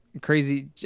crazy